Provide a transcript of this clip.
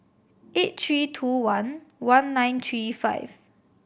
eight three two one one nine three five